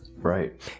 Right